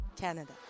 Canada